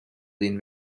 sehen